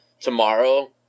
tomorrow